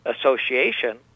Association